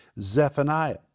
Zephaniah